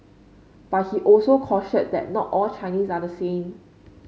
but he also cautioned that not all Chinese are the same